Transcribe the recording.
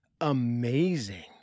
amazing